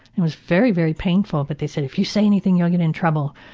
it was very, very painful but they said, if you say anything, you'll get in trouble!